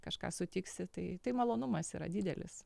kažką sutiksi tai tai malonumas yra didelis